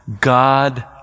God